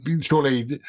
surely